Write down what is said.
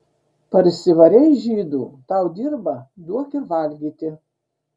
parsivarei žydų tau dirba duok ir valgyti